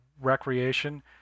recreation